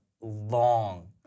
long